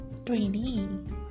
3D